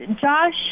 Josh